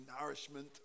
nourishment